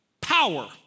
power